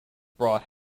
brought